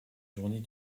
journées